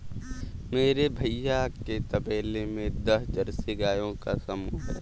मेरे भैया के तबेले में दस जर्सी गायों का समूह हैं